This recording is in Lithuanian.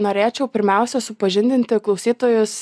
norėčiau pirmiausia supažindinti klausytojus